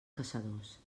caçadors